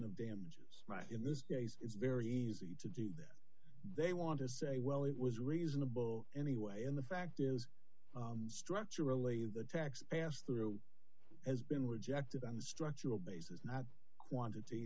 of damages in this case it's very easy to think that they want to say well it was reasonable anyway and the fact is structurally the taxpayers through has been rejected on the structural basis not quantity